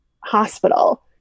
hospital